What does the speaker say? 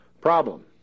problem